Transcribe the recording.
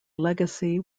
legacy